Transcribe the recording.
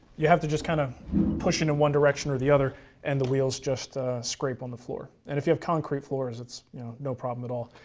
you have to just kind of push it in one direction or the other and the wheels just scrape on the floor and if you have concrete floors that's no problem at all.